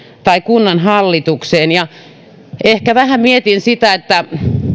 tai kunnanhallitukseen ehkä vähän mietin sitä että